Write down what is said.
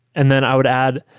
and then i would add,